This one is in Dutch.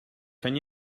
kan